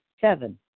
Seven